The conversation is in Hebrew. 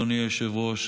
אדוני היושב-ראש,